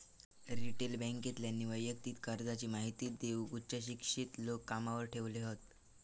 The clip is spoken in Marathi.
रिटेल बॅन्केतल्यानी वैयक्तिक कर्जाची महिती देऊक उच्च शिक्षित लोक कामावर ठेवले हत